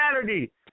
Saturday